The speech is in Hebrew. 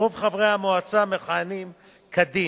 שרוב חברי המועצה מכהנים כדין.